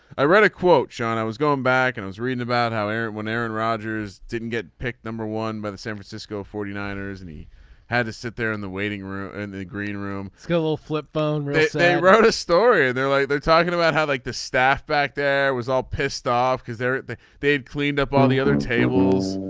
i read a quote sean i was going back and i was reading about how aaron when aaron rodgers didn't get picked number one by the san francisco forty nine ers and he had to sit there in the waiting room in and the green room still flip phone they wrote a story. they're like they're talking about how like the staff back there was all pissed off because they're they've cleaned up all the other tables.